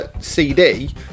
CD